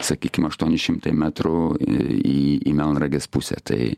sakykim aštuoni šimtai metrų į į melnragės pusę tai